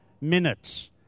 minutes